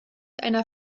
einer